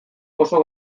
oso